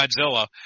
Godzilla